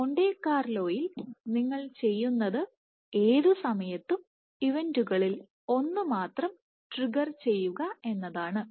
Monte കാർലോയിൽ നിങ്ങൾ ചെയ്യുന്നത് ഏതു സമയത്തും ഇവന്റുകളിൽ ഒന്ന് ഒന്നുമാത്രം ട്രിഗർ ചെയ്യുക എന്നതാണ്